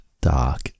Dark